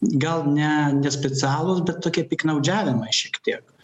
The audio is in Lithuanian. gal ne ne specialūs bet tokie piktnaudžiavimai šiek tiek